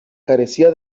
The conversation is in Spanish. carecía